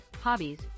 hobbies